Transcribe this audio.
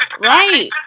right